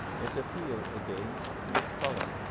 his appeal, again, is to the scholar,